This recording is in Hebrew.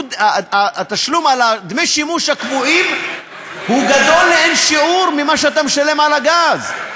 על דמי השימוש הקבועים הוא גדול לאין שיעור ממה שאתה משלם על הגז?